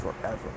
forever